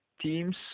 teams